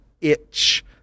itch